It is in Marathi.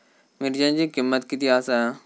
मिरच्यांची किंमत किती आसा?